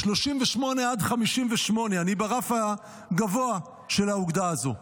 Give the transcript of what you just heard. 38 עד 58. אני ברף הגבוה של האוגדה הזו.